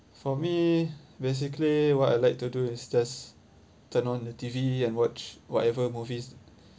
for me basically what I like to do is just turn on the T_V and watch whatever movies